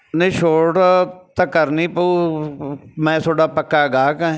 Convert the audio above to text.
ਨਹੀਂ ਛੋਟ ਤਾਂ ਕਰਨੀ ਪਊ ਮੈਂ ਤੁਹਾਡਾ ਪੱਕਾ ਗਾਹਕ ਐ